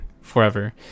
forever